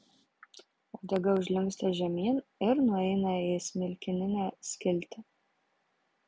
uodega užlinksta žemyn ir nueina į smilkininę skiltį